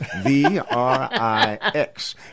V-R-I-X